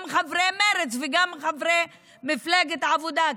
גם חברי מרצ וגם חברי מפלגת העבודה,